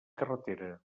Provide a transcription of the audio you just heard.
carretera